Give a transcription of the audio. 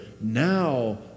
Now